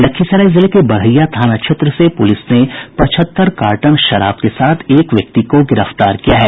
लखीसराय जिले के बड़हिया थाना क्षेत्र से पुलिस ने पचहत्तर कार्टन विदेशी शराब के साथ एक व्यक्ति को गिरफ्तार किया है